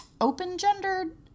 open-gendered